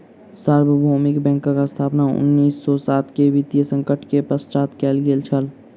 सार्वभौमिक बैंकक स्थापना उन्नीस सौ सात के वित्तीय संकट के पश्चात कयल गेल छल